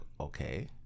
Okay